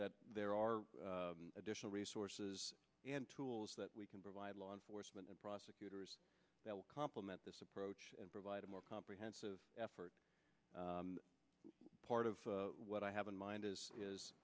that there are additional resources and tools that we can provide law enforcement and prosecutors that will compliment this approach and provide a more comprehensive effort part of what i have in mind is